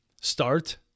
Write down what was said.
start